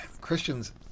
Christians